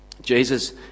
Jesus